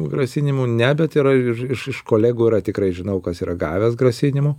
grasinimų ne bet yra iš iš iš kolegų yra tikrai žinau kas yra gavęs grasinimų